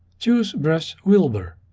choose brush wilber.